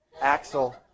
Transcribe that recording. Axel